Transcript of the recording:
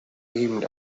aimed